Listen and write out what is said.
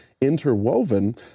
interwoven